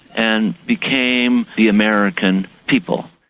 and became the american people.